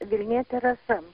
vilnietė rasa